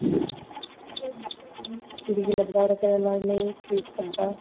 कुड़ी गी लगदा ओह्दा घरे आह्ला नेईं खरीदी सकदा